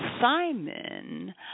Simon